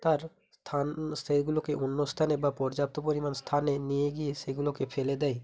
তার স্থান সেইগুলোকে অন্যস্থানে বা পর্যাপ্ত পরিমাণ স্থানে নিয়ে গিয়ে সেইগুলোকে ফেলে দেয়